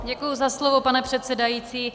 Děkuji za slovo, pane předsedající.